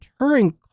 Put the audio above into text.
Turing